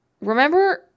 Remember